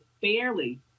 fairly